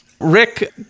Rick